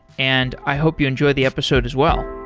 and i hope you enjoy the episode as well.